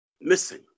missing